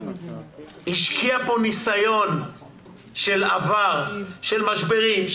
השקיעה פה ניסיון של עבר של משברים,